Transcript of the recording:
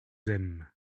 aime